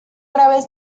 graves